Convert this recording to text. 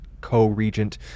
co-regent